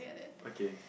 okay